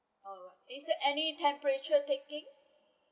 uh is there any temperature taking